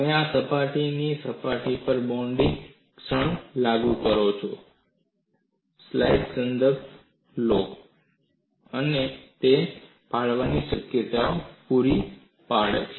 તમે આ સપાટી અને આ સપાટી પર બેન્ડિંગ ક્ષણ લાગુ કરો અને તે ફાડવાની ક્રિયા પૂરી પાડે છે